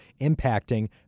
impacting